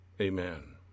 Amen